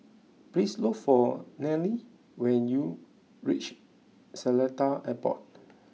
please look for Nelly when you reach Seletar Airport